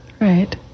right